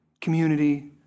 community